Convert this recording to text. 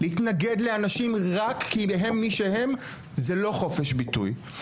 להתנגד לאנשים רק כי הם מי שהם, זה לא חופש ביטוי.